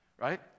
Right